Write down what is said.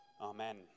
Amen